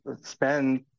spend